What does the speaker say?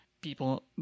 people